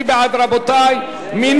מי בעד, רבותי, מי